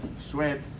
sweat